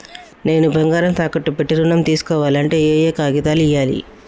నేను బంగారం తాకట్టు పెట్టి ఋణం తీస్కోవాలంటే ఏయే కాగితాలు ఇయ్యాలి?